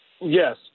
Yes